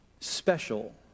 special